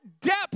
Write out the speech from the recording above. depth